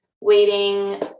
waiting